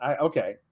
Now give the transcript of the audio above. okay